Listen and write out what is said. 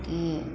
की